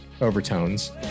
overtones